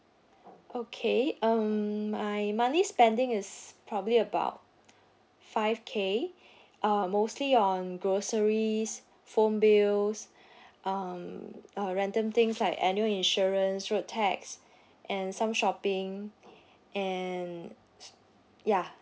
okay um my monthly spending is probably about five K uh mostly on groceries phone bills um uh random things like annual insurance road tax and some shopping and ya